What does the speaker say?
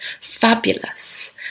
fabulous